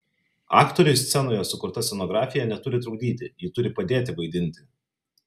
aktoriui scenoje sukurta scenografija neturi trukdyti ji turi padėti vaidinti